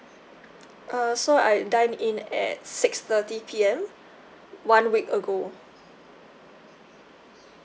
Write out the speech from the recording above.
uh so I dined in at six thirty P_M one week ago